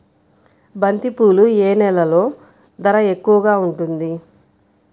బంతిపూలు ఏ నెలలో ధర ఎక్కువగా ఉంటుంది?